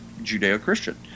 Judeo-Christian